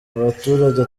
abaturage